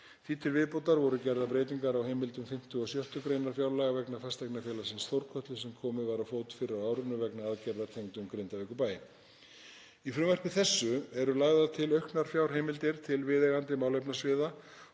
Því til viðbótar voru gerðar breytingar á heimildum 5. og 6. gr. fjárlaga vegna Fasteignafélagsins Þórkötlu sem komið var á fót fyrr á árinu vegna aðgerða tengdum Grindavíkurbæ. Í frumvarpi þessu eru lagðar til auknar fjárheimildir til viðeigandi málefnasviða